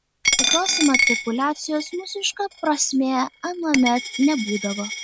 tikros imatrikuliacijos mūsiška prasme anuomet nebūdavo